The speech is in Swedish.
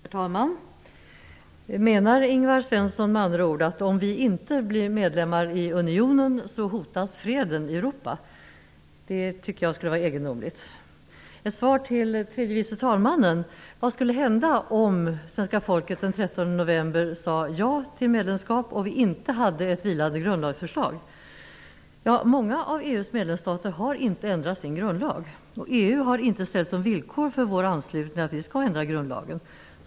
Herr talman! Menar Ingvar Svensson att om vi inte blir medlemmar i unionen hotas freden i Europa? Jag tycker att det skulle vara egendomligt. Jag har ett svar till tredje vice talmannen. Vad skulle hända om svenska folket den 13 november sade ja till medlemskap och det inte skulle finnas ett vilande grundlagsförslag? Många av EU:s medlemsstater har inte ändrat sina grundlagar. EU har inte ställt några villkor för vår anslutning att vi skall ändra grundlagen.